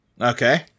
Okay